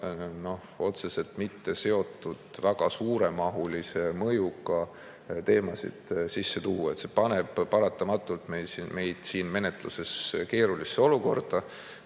otseselt mitteseotud väga suure mõjuga teemasid sisse tuua. See paneb paratamatult meid siin menetluses keerulisse olukorda,